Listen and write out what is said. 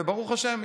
וברוך השם,